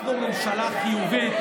אנחנו ממשלה חיובית,